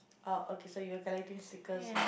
!wow! okay so you are collecting sticker lah